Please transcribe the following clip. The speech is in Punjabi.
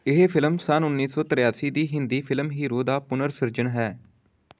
ਇਹ ਫ਼ਿਲਮ ਸੰਨ ਉੱਨੀ ਸੌ ਤ੍ਰਿਆਸੀ ਦੀ ਹਿੰਦੀ ਫ਼ਿਲਮ ਹੀਰੋ ਦਾ ਪੁਨਰ ਸਿਰਜਣ ਹੈ